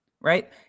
right